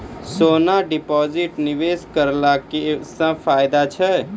सोना deposit निवेश करला से फैदा छै?